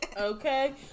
Okay